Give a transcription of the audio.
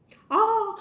oh